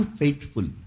faithful